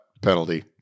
penalty